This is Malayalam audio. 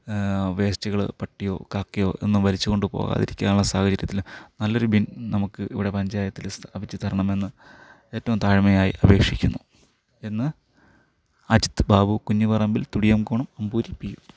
വേസ്റ്റുകൾ പട്ടിയോ കാക്കയോ ഒന്നും വലിച്ചുകൊണ്ട് പോകാതിരിക്കാനുള്ള സാഹചര്യത്തിൽ നല്ലൊരു ബിൻ നമുക്ക് ഇവിടെ പഞ്ചായത്തിൽ സ്ഥാപിച്ച് തരണമെന്ന് ഏറ്റവും താഴ്മയായിട്ട് അപേക്ഷിക്കുന്നു എന്ന് അജിത് ബാബു കുഞ്ഞുപറമ്പിൽ തുടിയംകോണം അമ്പൂരി പി ഒ